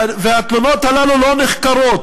התלונות האלה כמעט לא נחקרות.